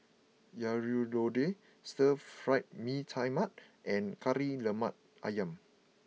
Sayur Lodeh Stir Fried Mee Tai Mak and Kari Lemak Ayam